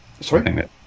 Sorry